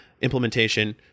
implementation